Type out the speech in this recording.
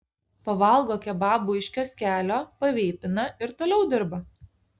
pavalgo kebabų iš kioskelio paveipina ir toliau dirba